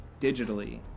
digitally